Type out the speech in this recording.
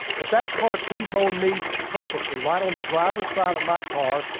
but that car t-boned me perfectly, right on the driver's side of my car,